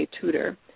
tutor